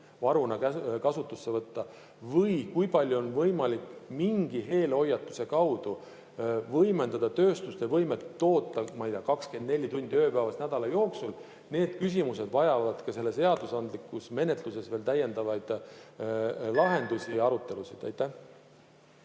varuna kasutusse võtta, või kui palju on võimalik mingi eelhoiatuse peale suurendada tööstuste võimet toota, ma ei tea, 24 tundi ööpäevas nädala jooksul – need küsimused vajavad ka selles seadusandlikus menetluses täiendavaid arutelusid ja lahendusi. Aitäh!